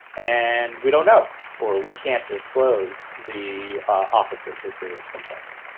and we don't know or we can't disclose the officer's history of complaints.